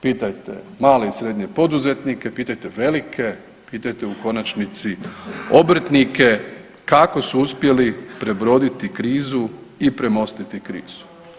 Pitajte male i srednje poduzetnike, pitajte velike, pitajte u konačnici obrtnike kako su uspjeli prebroditi krizu i premostiti krizu.